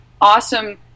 awesome